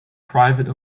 private